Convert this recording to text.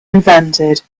invented